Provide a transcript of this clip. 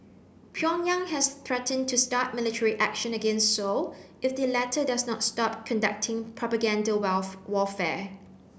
Pyongyang has threatened to start military action against Seoul if the latter does not stop conducting propaganda warfare